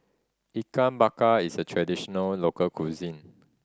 Ikan Bakar is a traditional local cuisine